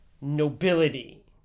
nobility